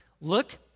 look